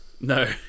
no